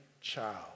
child